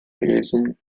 liaison